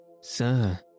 Sir